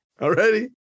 Already